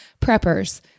Preppers